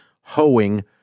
hoeing